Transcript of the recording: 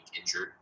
injured